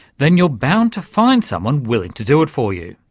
then you're bound to find someone willing to do it for you.